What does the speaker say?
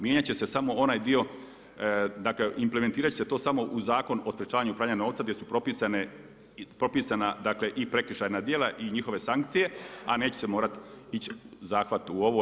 Mijenjat će se samo onaj dio, dakle implementirat će se to samo u Zakon o sprječavanju pranja novca gdje su propisana, dakle i prekršajna djela i njihove sankcije, a neće se morati ići zahvat u ovo.